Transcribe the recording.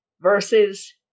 verses